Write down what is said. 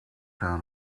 how